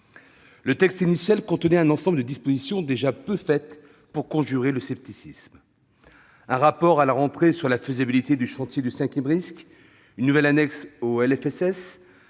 Le texte initial contenait un ensemble de dispositions déjà peu faites pour conjurer le scepticisme : un rapport à la rentrée sur la faisabilité du chantier du cinquième risque, une nouvelle annexe aux